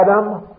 Adam